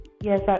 yes